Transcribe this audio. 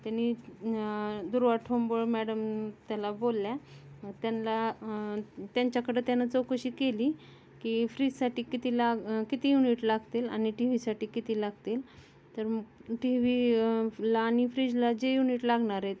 त्यांनी दुर्वा ठोंबळ मॅडम त्याला बोलल्या त्यांला त्यांच्याकडे त्यानं चौकशी केली की फ्रीजसाठी कितीला किती युनिट लागतील आणि टी व्हीसाठी किती लागतील तर टी व्हीला आणि फ्रीजला जे युनिट लागणार आहे